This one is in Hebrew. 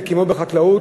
כמו בחקלאות,